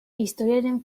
historiaren